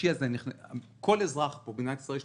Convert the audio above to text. כל אזרח במדינת ישראל,